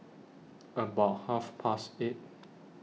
about Half Past eight